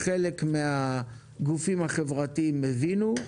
חלק מהגופים החברתיים הבינו,